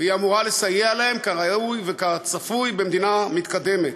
והיא אמורה לסייע להם כראוי וכצפוי במדינה מתקדמת,